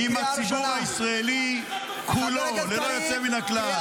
-- המיטיבה עם הציבור הישראלי כולו ללא יוצא מן הכלל.